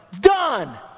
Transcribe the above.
done